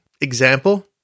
example